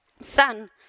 Son